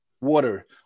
water